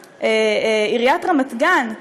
עיריית רמת גן,